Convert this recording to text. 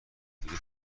دیگه